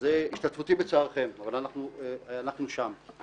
אז השתתפותי בצערכם, אבל אנחנו שם.